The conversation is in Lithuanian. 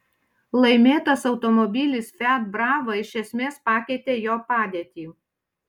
laimėtas automobilis fiat brava iš esmės pakeitė jo padėtį